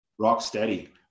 Rocksteady